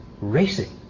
racing